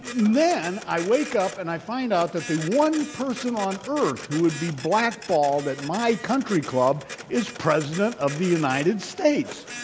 then i wake up, and i found out that the one person on earth who would be black-balled at my country club is president of the united states.